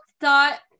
thought